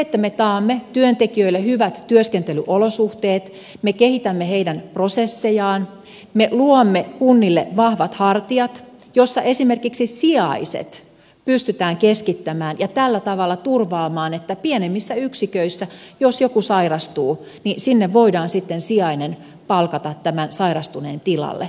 me takaamme työntekijöille hyvät työskentelyolosuhteet me kehitämme heidän prosessejaan me luomme kunnille vahvat hartiat joissa esimerkiksi sijaiset pystytään keskittämään ja tällä tavalla turvaamaan niin että jos joku pienemmissä yksiköissä sairastuu niin sinne voidaan sitten sijainen palkata tämän sairastuneen tilalle